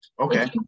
okay